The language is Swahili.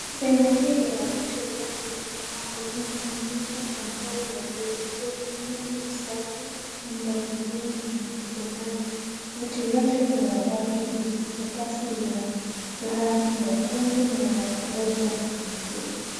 Sehemu hii ina viti vingi vimepangwa. Vimetengenezwa kwa mbao na vyuma sehemu yenyewe ni safi na mpangilio ni wa kupendeza. Viti vyote vina rangi nyeusi sakafu ina rangi nyekundu na inapendeza vilevile.